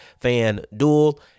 FanDuel